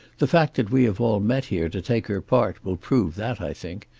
the fact that we have all met here to take her part will prove that, i think.